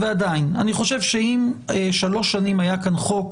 ועדיין, אני חושב שאם 3 שנים היה כאן חוק,